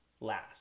last